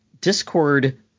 Discord